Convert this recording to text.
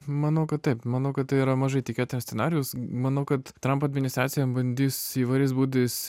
manau kad taip manau kad tai yra mažai tikėtinas scenarijus manau kad trampo administracija bandys įvairiais būdais